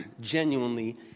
genuinely